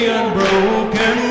unbroken